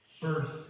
First